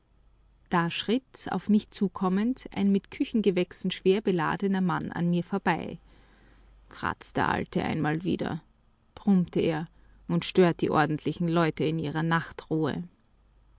da schritt auf mich zukommend ein mit küchengewächsen schwer beladener mann an mir vorüber kratzt der alte einmal wieder brummte er und stört die ordentlichen leute in ihrer nachtruhe